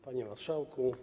Panie Marszałku!